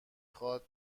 خواد